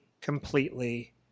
completely